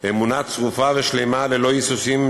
אמונה צרופה ושלמה ללא היסוסים,